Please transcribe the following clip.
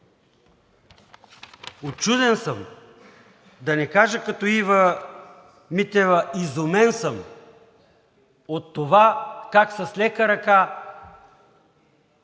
Учуден съм, да не кажа като Ива Митева, изумен съм, от това как с лека ръка